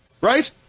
right